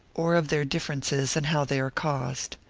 or of their differences, and how they are caused.